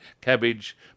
Cabbage